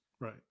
Right